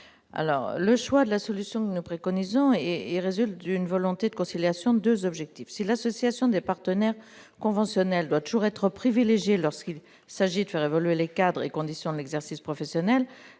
alors le choix de la solution, nous préconisons et résulte d'une volonté de conciliation 2 objectifs, c'est l'association des partenaires conventionnels doit toujours être privilégiée lorsqu'il s'agit de faire évoluer les cadres et conditions d'exercice professionnel,